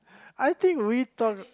I think we talk